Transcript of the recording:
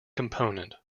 component